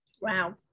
Wow